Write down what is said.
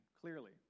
clearly